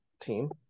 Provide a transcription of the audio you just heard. team